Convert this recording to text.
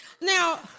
Now